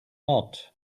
not